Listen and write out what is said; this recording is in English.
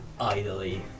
idly